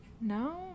No